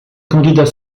candidat